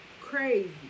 crazy